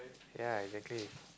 ya exactly